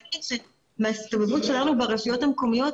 --- מההסתובבות שלנו ברשויות המקומיות,